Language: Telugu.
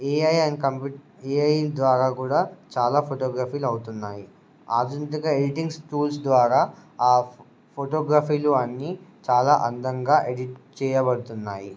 ఏఐ అండ్ కంప్యూ ఏఐ ద్వారా కూడా చాలా ఫోటోగ్రఫీలు అవుతున్నాయి ఆధునితిక ఎడిటింగ్ టూల్స్ ద్వారా ఆ ఫోటోగ్రఫీలు అన్నీ చాలా అందంగా ఎడిట్ చేయబడుతున్నాయి